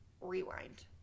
rewind